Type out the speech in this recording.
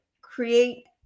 create